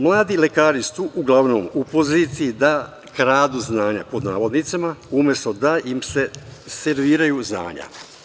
Mladi lekara su uglavnom u poziciji da „kradu znanja“, umesto da im se serviraju znanja.